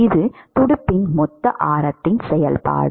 இது துடுப்பின் மொத்த ஆரத்தின் செயல்பாடு